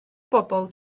bobol